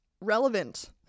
relevant